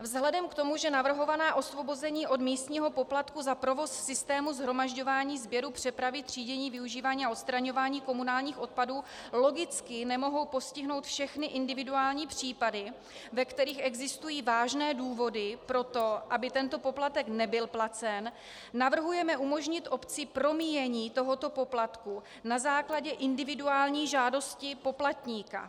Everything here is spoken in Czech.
Vzhledem k tomu, že navrhovaná osvobození od místního poplatku za provoz systému shromažďování, sběru, přepravy, třídění, využívání a odstraňování komunálních odpadů logicky nemohou postihnout všechny individuální případy, ve kterých existují vážné důvody pro to, aby tento poplatek nebyl placen, navrhujeme umožnit obci promíjení tohoto poplatku na základě individuální žádosti poplatníka.